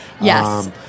Yes